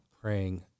praying